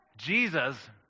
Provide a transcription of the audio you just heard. Jesus